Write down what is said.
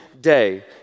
day